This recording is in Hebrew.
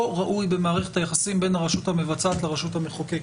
ראוי במערכת היחסים בין הרשות המבצעת לרשות המחוקקת.